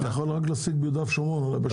אתה יכול להשיג רק ביהודה ושומרון ובשטחים.